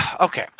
okay